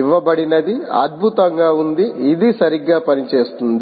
ఇవబడినధి అద్భుతంగా ఉంది ఇది సరిగ్గా పనిచేస్తుంది